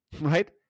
right